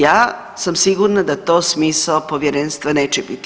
Ja sam sigurna da to smisao povjerenstva neće bit.